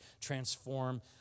transform